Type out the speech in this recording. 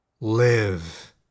Live